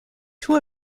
two